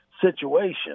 situation